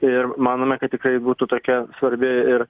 ir manome kad tikrai būtų tokia svarbi ir